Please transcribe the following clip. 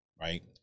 right